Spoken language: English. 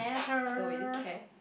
don't really care